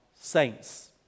saints